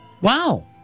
Wow